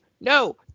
no